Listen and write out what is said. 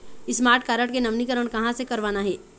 Smart card के नवीनीकरण कहां से करवाना हे?